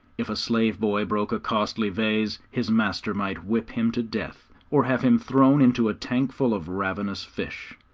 if a slave-boy broke a costly vase his master might whip him to death, or have him thrown into a tank full of ravenous fish.